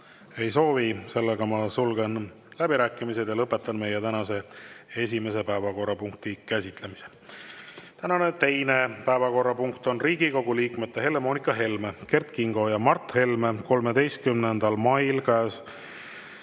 Ei soovi. Ma sulgen läbirääkimised ja lõpetan meie tänase esimese päevakorrapunkti käsitlemise. Tänane teine päevakorrapunkt on Riigikogu liikmete Helle-Moonika Helme, Kert Kingo ja Mart Helme 13. mail 2023.